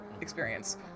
experience